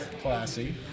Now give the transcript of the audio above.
Classy